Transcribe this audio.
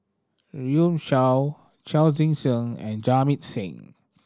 Runme Shaw Chao Tzee Cheng and Jamit Singh